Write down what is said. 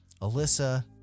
Alyssa